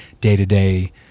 day-to-day